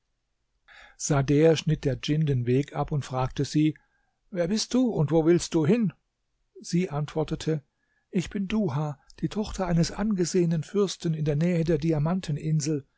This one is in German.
sader schnitt der djinn den weg ab und fragte sie wer bist du und wo willst du hin sie antwortete ich bin duha die tochter eines angesehenen fürsten in der nähe der